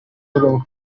urimo